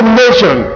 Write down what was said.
nation